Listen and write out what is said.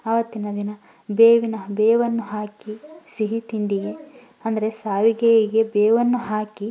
ಅವತ್ತಿನ ದಿನ ಬೇವಿನ ಬೇವನ್ನು ಹಾಕಿ ಸಿಹಿ ತಿಂಡಿಗೆ ಅಂದರೆ ಶ್ಯಾವಿಗೆಗೆ ಬೇವನ್ನು ಹಾಕಿ